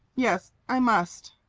yes. i must.